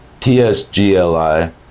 TSGLI